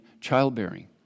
childbearing